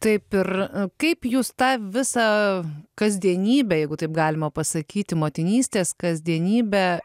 taip ir kaip jūs tą visą kasdienybę jeigu taip galima pasakyti motinystės kasdienybę